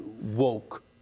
woke